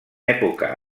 època